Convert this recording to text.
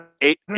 eight